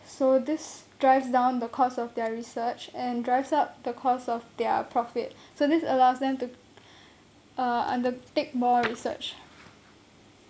so this drives down the cost of their research and drives up the cost of their profit so this allows them to uh undertake more research